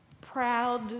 proud